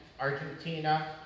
Argentina